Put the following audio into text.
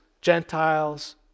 Gentiles